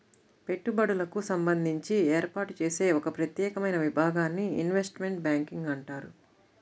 పెట్టుబడులకు సంబంధించి ఏర్పాటు చేసే ఒక ప్రత్యేకమైన విభాగాన్ని ఇన్వెస్ట్మెంట్ బ్యాంకింగ్ అంటారు